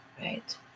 Right